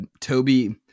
Toby